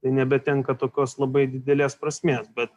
nebetenka tokios labai didelės prasmės bet